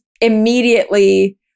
immediately